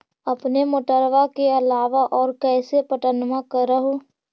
अपने मोटरबा के अलाबा और कैसे पट्टनमा कर हू?